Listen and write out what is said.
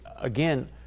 again